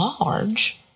large